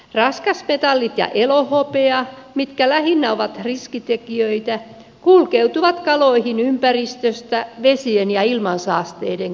raskasmetallit ja elohopea mitkä lähinnä ovat riskitekijöitä kulkeutuvat kaloihin ympäristöstä vesien ja ilmansaasteiden mukana